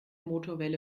motorwelle